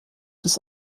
des